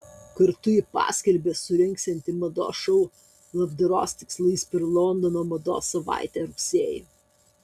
kartu ji paskelbė surengsianti mados šou labdaros tikslais per londono mados savaitę rugsėjį